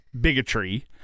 bigotry